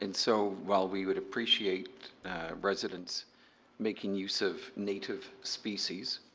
and so, while we would appreciate residents making use of native species,